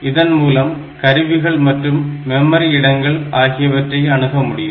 இதன் மூலம் கருவிகள் மற்றும் மெமரி இடங்கள் ஆகியவற்றை அணுக முடியும்